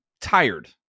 tired